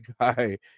guy